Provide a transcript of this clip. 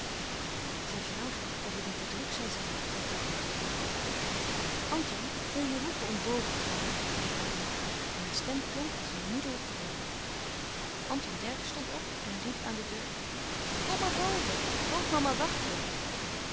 zij vragen of het niet te druk zal zijn zei takma anton wil je roepen om boven te laten zei de oude mevrouw en haar stem klonk als een moederlijk bevel anton dercksz stond op riep aan de deur kom maar boven grootmama wacht je